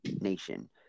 nation